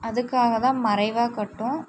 அதுக்காக தான் மறைவாக கட்டும்